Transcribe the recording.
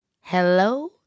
Hello